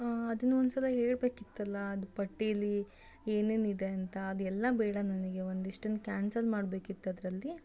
ಅದನ್ನೂ ಒಂದ್ಸಲ ಹೇಳಬೇಕಿತ್ತಲ್ಲ ಅದು ಪಟ್ಟೀಲಿ ಏನೇನು ಇದೆ ಅಂತ ಅದೆಲ್ಲ ಬೇಡ ನನಗೆ ಒಂದಿಷ್ಟನ್ನು ಕ್ಯಾನ್ಸಲ್ ಮಾಡ್ಬೇಕಿತ್ತದ್ರಲ್ಲಿ